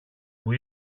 που